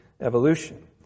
evolution